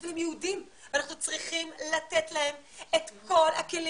אבל הם יהודים ואנחנו צריכים לתת להם את כל הכלים